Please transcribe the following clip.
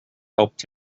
helped